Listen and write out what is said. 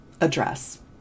address